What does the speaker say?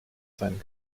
sein